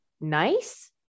nice